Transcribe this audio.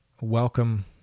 Welcome